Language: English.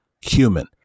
human